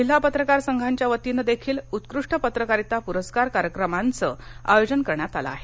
जिल्हा पत्रकार संघांच्या वतीनं देखील उत्कृष्ट पत्रकारिता पुरस्कार कार्यक्रमांचं आयोजन करण्यात आलं आहे